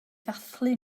ddathlu